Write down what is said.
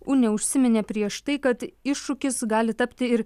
unė užsiminė prieš tai kad iššūkis gali tapti ir